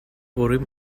urim